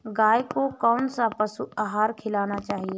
गाय को कौन सा पशु आहार खिलाना चाहिए?